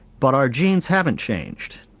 but our genes haven't changed,